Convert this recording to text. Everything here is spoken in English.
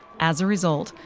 as a result,